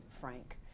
frank